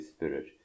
Spirit